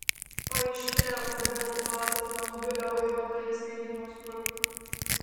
paaiškėjo kodėl uaz automobilio vairuotojas mėgino sprukti